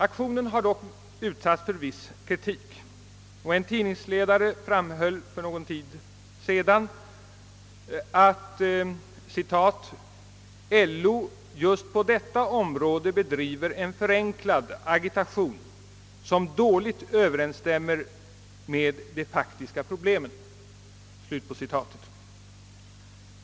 Aktionen har dock utsatts för viss kritik, och en tidningsledare framhöll för någon tid sedan att »LO just på detta område bedriver en förenklad agitation som dåligt överensstämmer med de faktiska problemen».